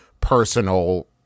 personal